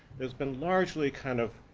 there's been largely kind of,